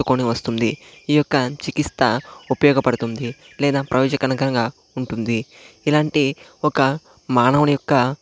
పుట్టుకొని వస్తుంది ఈ యొక్క చికిత్స ఉపయోగపడుతుంది లేదా ప్రయోజనకంగా ఉంటుంది ఇలాంటి ఒక మానవుని యొక్క